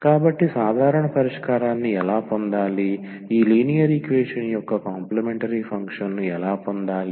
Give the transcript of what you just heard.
కాబట్టి సాధారణ పరిష్కారాన్ని ఎలా పొందాలి ఈ లీనియర్ ఈక్వేషన్ యొక్క కాంప్లీమెంటరీ ఫంక్షన్ ను ఎలా పొందాలి